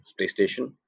PlayStation